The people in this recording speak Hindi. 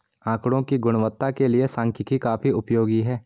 आकड़ों की गुणवत्ता के लिए सांख्यिकी काफी उपयोगी है